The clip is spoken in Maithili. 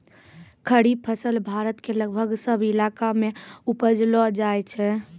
खरीफ फसल भारत के लगभग सब इलाका मॅ उपजैलो जाय छै